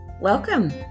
welcome